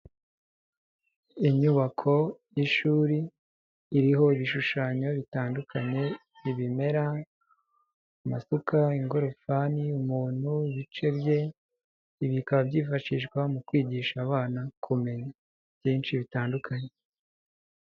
Inyubako y'ishuri, iriho ibishushanyo bitandukanye, ibimera, amasuka, ingorofani, umuntu, ibice bye, ibi bikaba byifashishwa mu kwigisha abana kumenya, byinshi bitandukanye.